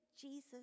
Jesus